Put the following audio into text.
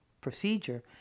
procedure